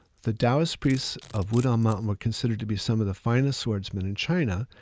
the taoist priests of woodall mountain were considered to be some of the finest swordsman in china.